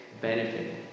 benefit